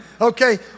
Okay